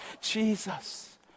Jesus